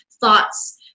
thoughts